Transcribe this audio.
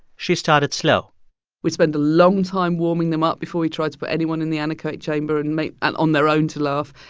she started slow we spent a long time warming them up before we tried to put anyone in the anechoic chamber and make and on their own to laugh.